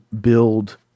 build